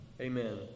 Amen